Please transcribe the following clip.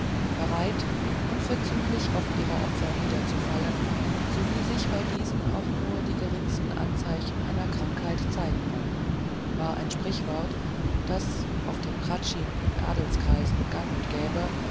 bereit unverzüglich auf ihre opfer niederzufallen sowie sich bei diesen auch nur die geringsten anzeichen einer krankheit zeigen wollten war ein sprichwort das auf dem hradschin in adelskreisen gang und gäbe